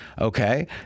Okay